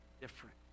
different